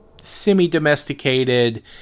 semi-domesticated